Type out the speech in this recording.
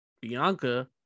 Bianca